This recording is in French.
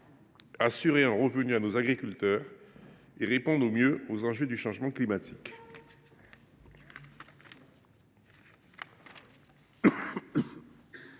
d’assurer un revenu à nos agriculteurs et de répondre au mieux aux enjeux du changement climatique.